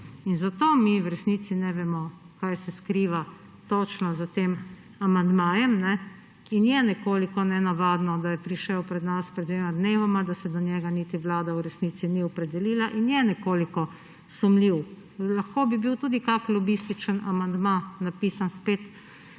In zato mi v resnici ne vemo, kaj se skriva točno za tem amandmajem, in je nekoliko nenavadno, da je prišel pred nas pred dvema dnevoma, da se do njega niti Vlada v resnici ni opredelila in je nekoliko sumljiv. Lahko bi bil tudi kakšen lobističen amandma, napisan spet